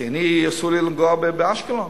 כי אני, אסור לי לנגוע באשקלון.